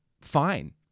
fine